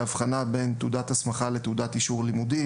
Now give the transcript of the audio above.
בהבחנה בין תעודת הסמכה לבין תעודת אישור לימודים,